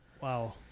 Wow